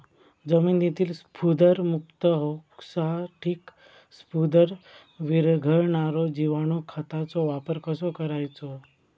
जमिनीतील स्फुदरमुक्त होऊसाठीक स्फुदर वीरघळनारो जिवाणू खताचो वापर कसो करायचो?